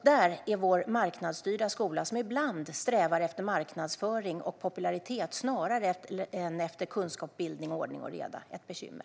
Där är vår marknadsstyrda skola - som ibland strävar efter marknadsföring och popularitet snarare än efter kunskap, bildning, ordning och reda - ett bekymmer.